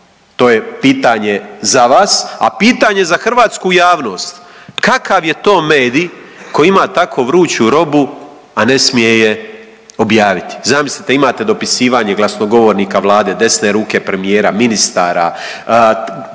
to je pitanje za vas, a pitanje za hrvatsku javnost kakav je to medij koji ima tako vruću robu, a ne smije je objaviti? Zamislite imate dopisivanje glasnogovornika Vlade desne ruke premijera, ministara,